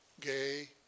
gay